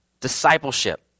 discipleship